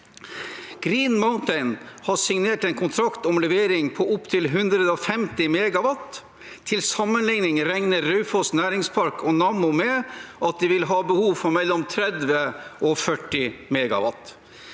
Green Mountain har signert en kontrakt om levering på opptil 150 MW. Til sammenligning regner Raufoss næringspark og Nammo med at de vil ha behov for mellom 30–40 MW.